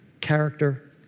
character